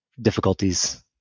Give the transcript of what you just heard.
difficulties